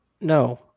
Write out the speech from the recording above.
No